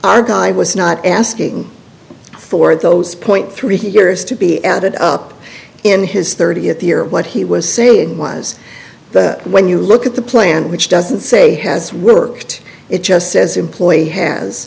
our guy was not asking for those point three years to be added up in his thirtieth year what he was saying was that when you look at the plan which doesn't say has worked it just says employee has